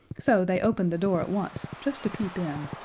so they opened the door at once just to peep in,